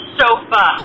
sofa